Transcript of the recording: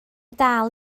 dal